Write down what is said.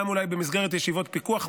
גם אולי במסגרת ישיבות פיקוח,